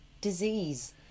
disease